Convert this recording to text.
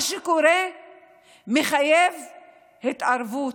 מה שקורה מחייב התערבות,